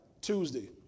Tuesday